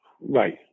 Right